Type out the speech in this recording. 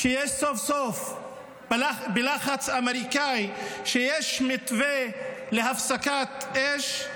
כשיש סוף-סוף, בלחץ אמריקאי, מתווה להפסקת אש,